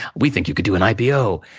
we think you could do an ipo.